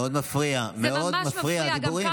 מאוד מפריע, מאוד מפריע, הדיבורים.